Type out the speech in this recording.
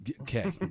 Okay